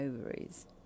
ovaries